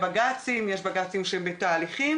שהן בגירעון מידי שנה.